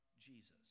Jesus